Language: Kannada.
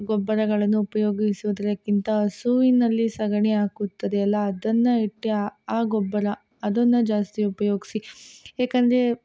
ಗೊಬ್ಬರಗಳನ್ನು ಉಪಯೋಗಿಸುವುದಕ್ಕಿಂತ ಹಸುವಿನಲ್ಲಿ ಸಗಣಿ ಹಾಕುತ್ತದೆಯಲ್ಲಅದನ್ನು ಇಟ್ಟು ಆ ಆ ಗೊಬ್ಬರ ಅದನ್ನು ಜಾಸ್ತಿ ಉಪಯೋಗಿಸಿ ಏಕಂದರೆ